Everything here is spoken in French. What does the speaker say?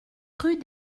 rue